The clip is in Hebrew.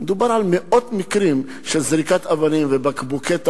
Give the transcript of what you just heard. מדובר במאות מקרים של זריקת אבנים ובקבוקי תבערה.